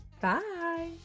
Bye